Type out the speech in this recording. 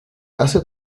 hace